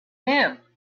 him